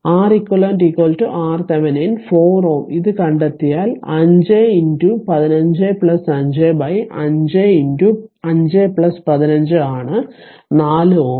Req R Thevenin 4 Ω ഇത് കണ്ടെത്തിയാൽ 5 15 55 5 15 ആണ് 4 Ω